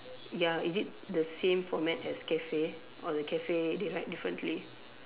ya is it the same format as cafe or the cafe they write differently